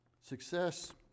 Success